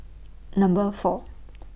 Number four